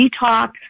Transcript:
detox